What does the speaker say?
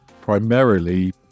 primarily